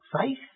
faith